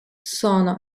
sono